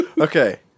Okay